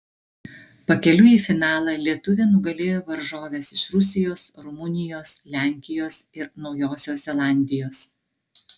pakeliui į finalą lietuvė nugalėjo varžoves iš rusijos rumunijos lenkijos ir naujosios zelandijos